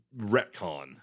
retcon